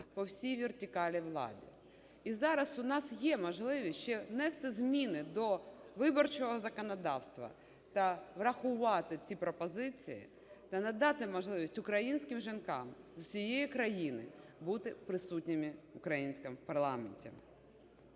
по всій вертикалі влади. І зараз у нас є можливість ще внести зміни до виборчого законодавства та врахувати ці пропозиції та надати можливість українським жінкам з усієї країни бути присутніми в українському парламенті.